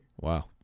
Wow